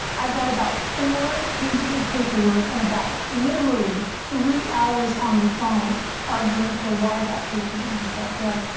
i've got about four pages of paperwork and about literally three hours on the phone arguing for why that patient needs that drug.